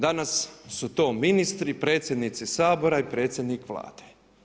Danas su to ministri, predsjednici Sabora i predsjednik Vlade.